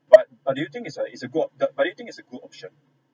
but but do you think is a is a good option but do you think its a good option